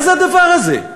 מה זה הדבר הזה?